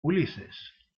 ulises